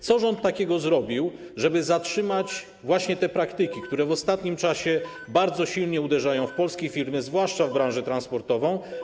Co takiego zrobił rząd, żeby zatrzymać te praktyki, które w ostatnim czasie bardzo silnie uderzają w polskie firmy, zwłaszcza w branżę transportową?